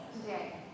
today